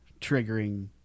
triggering